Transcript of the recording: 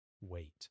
weight